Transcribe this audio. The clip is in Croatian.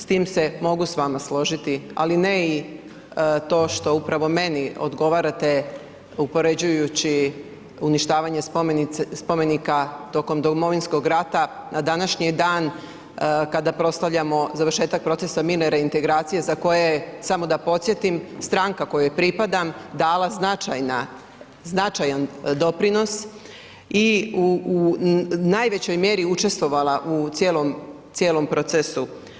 S tim se mogu s vama složiti, ali ne i to što upravo meni odgovarate upoređujući uništavanje spomenika tokom Domovinskog rata na današnji dan kada proslavljamo završetak procesa mirne reintegracije za koje je, samo da podsjetim, stranka kojoj pripadam dala značajna, značajan doprinos i u najvećoj mjeri učestvovala u cijelom procesu.